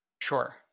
Sure